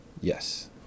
Yes